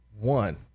one